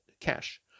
cash